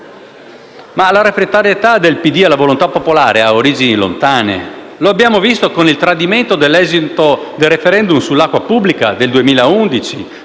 La refrattarietà del PD alla volontà popolare, però, ha origini lontane: lo abbiamo visto con il tradimento dell'esito del *referendum* sull'acqua pubblica del 2011,